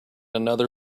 another